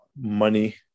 money